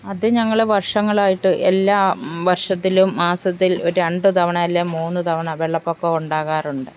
അതു ഞങ്ങൾ വർഷങ്ങളായിട്ട് എല്ലാ വർഷത്തിലും മാസത്തിൽ ഒരു രണ്ടു തവണ അല്ലെ മൂന്നു തവണ വെള്ളപ്പൊക്കമോ ഉണ്ടാകാറുണ്ട്